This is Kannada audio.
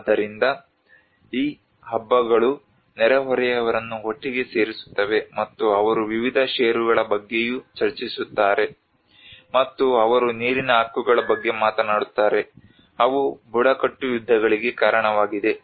ಆದ್ದರಿಂದ ಈ ಹಬ್ಬಗಳು ನೆರೆಹೊರೆಯವರನ್ನು ಒಟ್ಟಿಗೆ ಸೇರಿಸುತ್ತವೆ ಮತ್ತು ಅವರು ವಿವಿಧ ಷೇರುಗಳ ಬಗ್ಗೆಯೂ ಚರ್ಚಿಸುತ್ತಾರೆ ಮತ್ತು ಅವರು ನೀರಿನ ಹಕ್ಕುಗಳ ಬಗ್ಗೆ ಮಾತನಾಡುತ್ತಾರೆ ಅವು ಬುಡಕಟ್ಟು ಯುದ್ಧಗಳಿಗೆ ಕಾರಣವಾಗಿದೆ